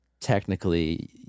Technically